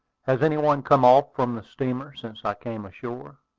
has any one come off from the steamer since i came ashore?